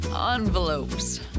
Envelopes